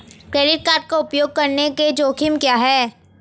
Credit card का उपयोग करने के जोखिम क्या हैं?